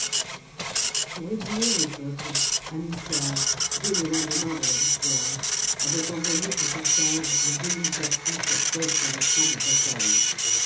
pour éblouir le peuple hamilcar dès le lendemain de la victoire avait envoyé à carthage les deux mille captifs faits sur le champ de bataille